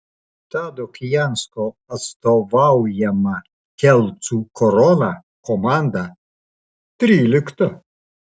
tado kijansko atstovaujama kelcų korona komanda trylikta